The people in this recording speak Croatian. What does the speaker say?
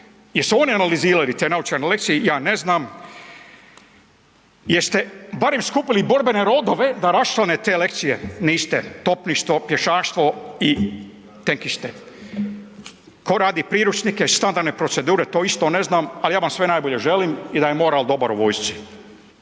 Jesu oni analizirali te naučene lekcije, ja ne znam. Jeste barem skupili borbene rodove da raščlane te lekcije? Niste, topništvo, pješaštvo i tenkiste. Ko radi priručnike, standardne procedure, to isto ne znam ali ja vam sve najbolje želim i da je moral dobar u vojsci.